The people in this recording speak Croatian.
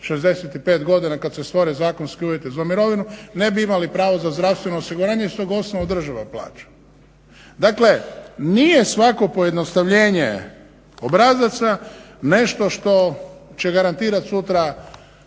65 godina kad se stvore zakonski uvjeti za mirovinu, ne bi imali pravo na zdravstveno osiguranje s tog osnova država plaća. Dakle, nije svako pojednostavljenje obrazaca nešto što će garantirat sutra